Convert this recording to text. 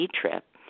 trip